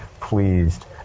pleased